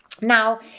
Now